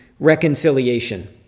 reconciliation